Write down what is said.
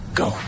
go